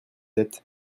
êtes